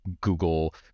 Google